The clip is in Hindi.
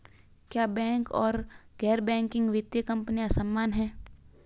क्या बैंक और गैर बैंकिंग वित्तीय कंपनियां समान हैं?